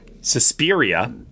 suspiria